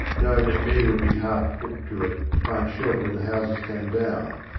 knowing that many would be hard put to it to find shelter when the houses came down,